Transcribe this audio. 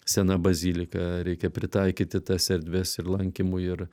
sena bazilika reikia pritaikyti tas erdves ir lankymui ir